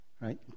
right